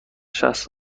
شصت